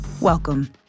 welcome